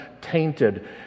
tainted